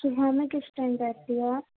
صُبح میں کس ٹائم بیٹھتی ہیں آپ